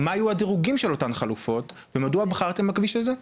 מה היו הדירוגים של אותן החלופות ומדוע בחרתם בכביש הזה.